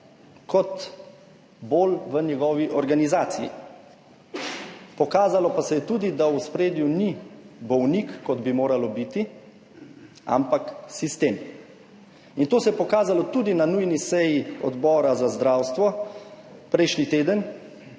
bolj v njegovi organizaciji. Pokazalo pa se je tudi, da v ospredju ni bolnik, kot bi moral biti, ampak sistem. In to se je pokazalo tudi na nujni seji Odbora za zdravstvo prejšnji teden,